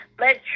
let